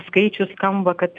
skaičius skamba kat